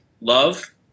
love